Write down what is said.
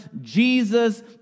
Jesus